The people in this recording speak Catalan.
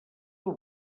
del